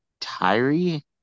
Tyree